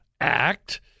Act